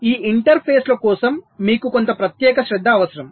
కాబట్టి ఈ ఇంటర్ఫేస్ల కోసం మీకు కొంత ప్రత్యేక శ్రద్ధ అవసరం